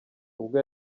ubwo